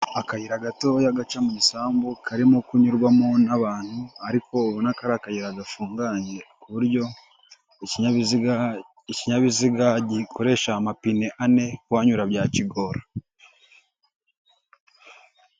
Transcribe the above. Akayira gatoya gaca mu isambu karimo kunyurwamo n'abantu ariko ubuna ko ari akayira gafunganye ku buryo, ikinyabiziga, ikinyabiziga gikoresha amapine ane kuhanyura byakigora.